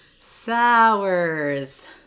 Sours